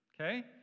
Okay